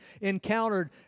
encountered